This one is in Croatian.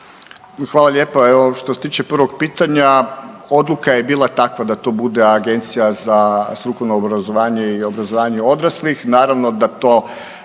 Hvala lijepa. Evo, što se tiče prvog pitanja, odluka je bila takva da to bude Agencija za strukovno obrazovanje i obrazovanje odraslih.